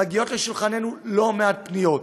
מגיעות לשולחננו לא מעט פניות.